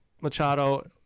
Machado